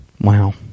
Wow